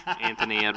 Anthony